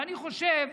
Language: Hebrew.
ואני חושב,